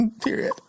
Period